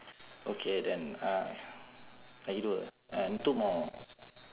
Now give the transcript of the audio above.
okay then uh lagi dua two more